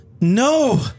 no